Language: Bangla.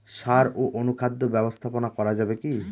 সাড় ও অনুখাদ্য ব্যবস্থাপনা করা যাবে কি?